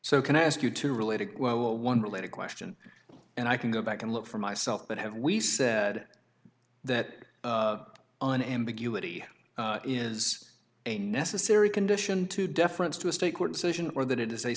so can i ask you two related well one related question and i can go back and look for myself but have we said that an ambiguity is a necessary condition to deference to a state court session or that it is